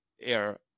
air